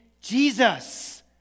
Jesus